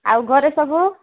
ଆଉ ଘରେ ସବୁ